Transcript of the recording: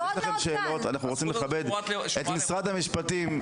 יש לכם שאלות, אנחנו רוצים לכבד את משרד המשפטים.